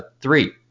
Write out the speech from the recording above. three